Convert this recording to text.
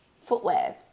Footwear